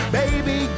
baby